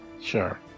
Sure